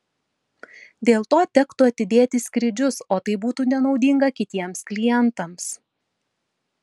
dėl to tektų atidėti skrydžius o tai būtų nenaudinga kitiems klientams